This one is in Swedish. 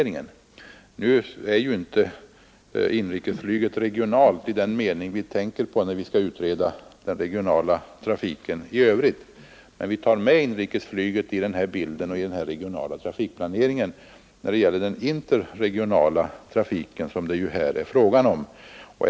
Nu är ju inte inrikesflyget regionalt i den mening vi tänker på när vi skall utreda den regionala trafiken i övrigt, men vi tar med inrikesflyget i den regionala trafikplaneringen när det gäller den interregionala trafiken, som det här är fråga om.